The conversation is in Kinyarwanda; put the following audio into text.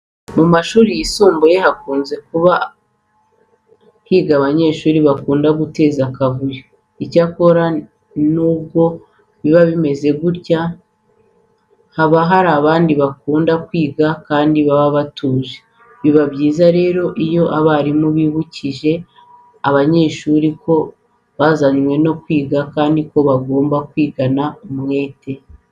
Mu mashuri yisumbuye hakunze kuba higa abanyeshuri bakunda guteza akavuyo. Icyakora nubwo biba bimeze bityo, haba hari n'abandi bikundira kwiga kandi baba batuje. Biba byiza rero iyo abarimu bibukije abanyeshuri ko bazanwe no kwiga kandi ko bagomba kwigana umwete.